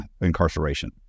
incarceration